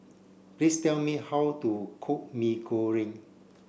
please tell me how to cook Mee Goreng